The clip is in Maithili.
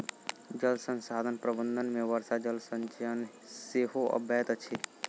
जल संसाधन प्रबंधन मे वर्षा जल संचयन सेहो अबैत अछि